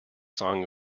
song